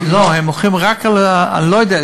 הם הולכים רק על, אני לא יודע.